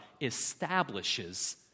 establishes